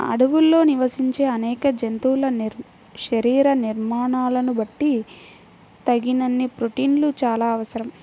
అడవుల్లో నివసించే అనేక జంతువుల శరీర నిర్మాణాలను బట్టి తగినన్ని ప్రోటీన్లు చాలా అవసరం